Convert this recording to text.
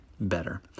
better